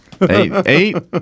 Eight